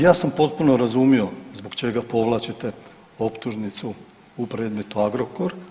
Ja sam potpuno razumio zbog čega povlačite optužnicu u predmetu Agrokor.